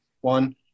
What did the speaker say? one